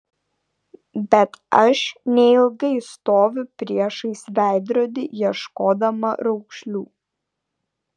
bet aš neilgai stoviu priešais veidrodį ieškodama raukšlių